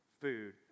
food